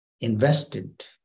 invested